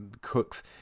Cooks